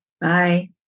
Bye